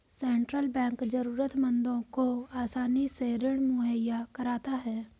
central Bank जरूरतमंदों को आसानी से ऋण मुहैय्या कराता है